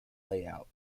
layout